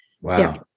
wow